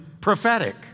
prophetic